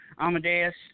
Amadeus